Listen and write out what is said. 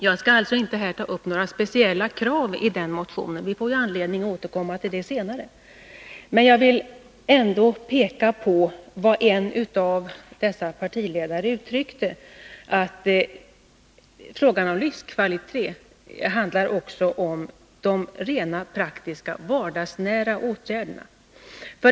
Jag skall inte ta upp några speciella krav från motionen — vi får ju anledning att återkomma till dem senare — men jag vill ändå peka på vad en av dessa partiledare uttryckte, nämligen att frågan om livskvalitet också handlar om de praktiska, vardagsnära åtgärderna.